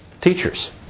teachers